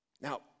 Now